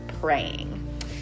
praying